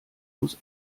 muss